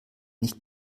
nicht